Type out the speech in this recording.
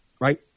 right